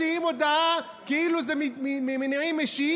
מוציאים הודעה כאילו זה ממניעים אישיים,